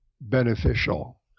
beneficial